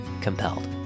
COMPELLED